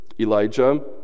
Elijah